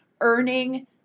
earning